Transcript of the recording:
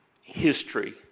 history